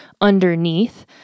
underneath